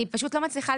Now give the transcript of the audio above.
אף פעם,